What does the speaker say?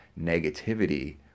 negativity